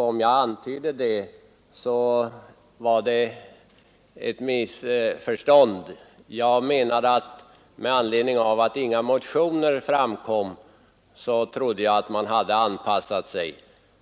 Om jag antydde detta, var det ett missförstånd. Eftersom inga motioner väcktes, trodde jag att man hade anpassat sig.